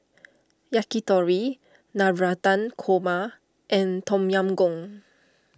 Yakitori Navratan Korma and Tom Yam Goong